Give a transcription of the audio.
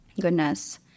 goodness